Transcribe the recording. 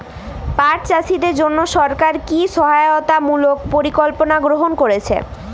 পাট চাষীদের জন্য সরকার কি কি সহায়তামূলক পরিকল্পনা গ্রহণ করেছে?